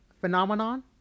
Phenomenon